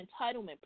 entitlement